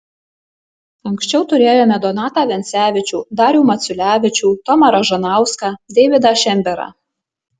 anksčiau turėjome donatą vencevičių darių maciulevičių tomą ražanauską deividą šemberą